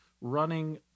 Running